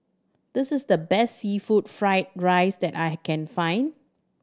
this is the best seafood fried rice that I can find